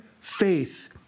faith